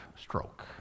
stroke